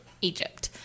Egypt